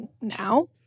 Now